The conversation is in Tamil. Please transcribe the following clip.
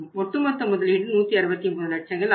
ஒட்டு மொத்த முதலீடு 169 லட்சங்கள் ஆகும்